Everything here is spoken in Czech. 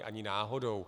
Ani náhodou.